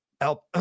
help